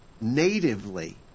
natively